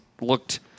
looked